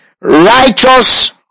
Righteous